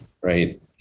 Right